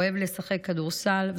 אוהב לשחק כדורסל,